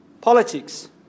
politics